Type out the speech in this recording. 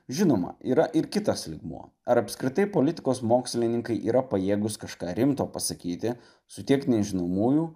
žinoma yra ir kitas lygmuo ar apskritai politikos mokslininkai yra pajėgūs kažką rimto pasakyti su tiek nežinomųjų